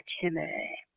Timmy